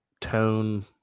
tone